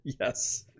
Yes